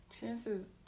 chances